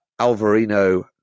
Alvarino